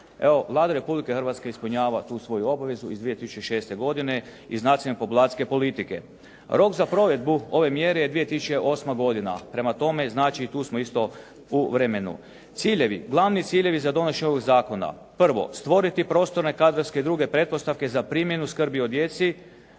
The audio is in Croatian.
Evo, Vlada Republike Hrvatske ispunjava tu svoju obavezu iz 2006. godine iz nacionalne populacijske politike. Rok za provedbu ove mjere je 2008. godina. Prema tome, znači i tu smo isto u vremenu. Ciljevi, glavni ciljevi za donošenje ovog zakona prvo stvoriti prostorne, kadrovske i druge pretpostavke za primjenu skrbi o djeci